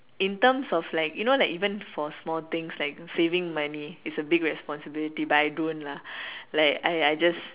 in terms of like you know like even for small things like saving money it's a big responsibility but I don't lah like I I just